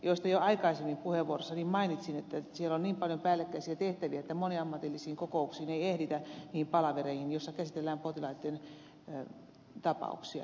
mistä jo aikaisemmin puheenvuorossani mainitsin että siellä on niin paljon päällekkäisiä tehtäviä että moniammatillisiin kokouksiin ei ehditä niihin palavereihin joissa käsitellään potilaitten sairauksia